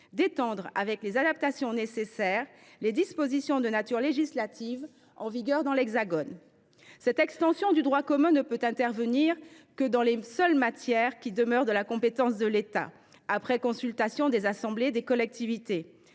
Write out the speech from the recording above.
d’étendre, avec les adaptations nécessaires, les dispositions de nature législative en vigueur dans l’Hexagone. Cette extension du droit commun ne peut intervenir que dans les seules matières qui demeurent de la compétence de l’État, après consultation des assemblées des collectivités.